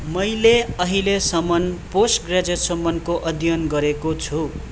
मैले अहिलेसम्म पोस्ट ग्रेजुएटसम्मको अध्ययन गरेको छु